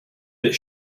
that